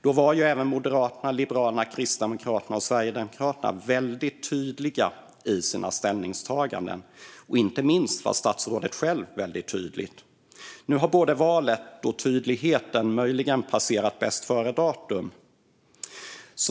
Då var även Moderaterna, Liberalerna, Kristdemokraterna och Sverigedemokraterna väldigt tydliga i sina ställningstaganden. Inte minst var statsrådet själv väldigt tydlig. Men nu har både valet och tydligen möjligen passerat bästföredatum.